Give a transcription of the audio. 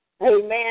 Amen